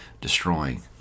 destroying